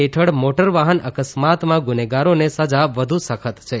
હેઠળ મોટર વાહન અકસ્માતમાં ગુનેગારોને સજા વધુ સખત છે